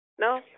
No